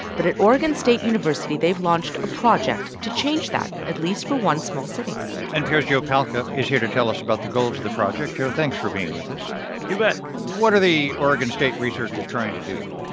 but at oregon state university, they've launched a project to change that at least, for one small city npr's joe palca is here to tell us about the goals of the project. joe, thanks for being with us you bet what are the oregon state researchers trying to do?